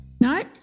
No